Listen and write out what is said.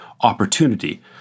opportunity